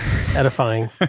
edifying